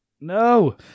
No